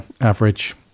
average